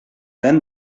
then